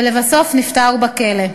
ולבסוף נפטר בכלא.